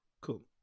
Cool